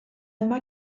yma